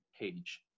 page